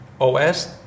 OS